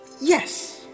Yes